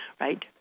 right